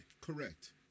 correct